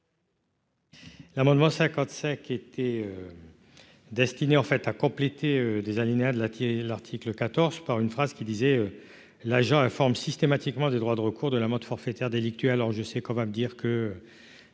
L'amendement 57 qui était destiné en fait à compléter des alinéas de la tienne, l'article 14 par une phrase qui disait l'agent informe systématiquement des droits de recours de l'amende forfaitaire délictuelle